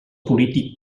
polític